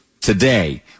Today